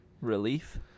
relief